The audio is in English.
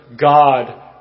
God